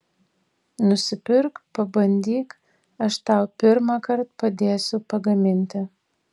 nusipirk pabandyk aš tau pirmąkart padėsiu pagaminti